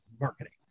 marketing